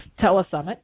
Telesummit